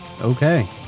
Okay